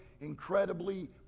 incredibly